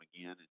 again